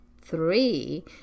three